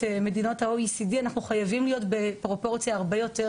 מדינות ה-OECD אנחנו חייבים להיות הרבה יותר